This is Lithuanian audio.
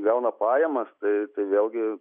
gauna pajamas tai tai vėlgi